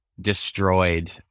destroyed